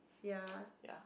ya